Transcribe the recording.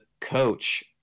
coach